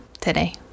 today